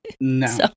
No